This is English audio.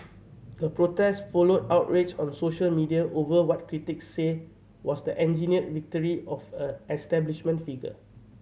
the protest followed outrage on social media over what critics say was the engineered victory of a establishment figure